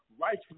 rights